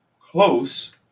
close